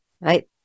right